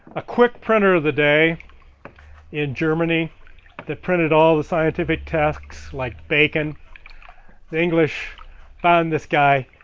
a quick printer of the day in germany that printed all the scientific tasks like bacon the english found this guy,